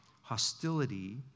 hostility